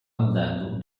andando